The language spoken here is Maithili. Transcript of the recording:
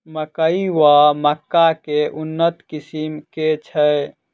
मकई वा मक्का केँ उन्नत किसिम केँ छैय?